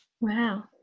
Wow